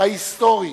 ההיסטורי,